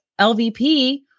lvp